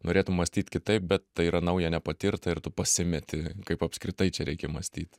norėtum mąstyt kitaip bet tai yra nauja nepatirta ir tu pasimeti kaip apskritai čia reikia mąstyt